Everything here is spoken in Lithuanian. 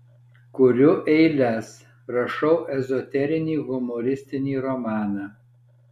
kuriu eiles rašau ezoterinį humoristinį romaną